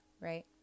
right